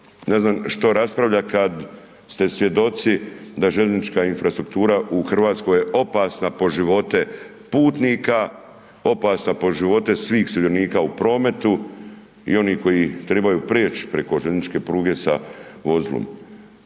što raspravlja, kada ste svjedoci, da željeznička infrastruktura u Hrvatskoj je opasna po živote putnika, opasna po životu svih sudionika u prometu i onih koji trebaju preći, preko željezničke pruge sa vozilom.